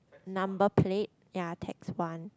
number plate ya text one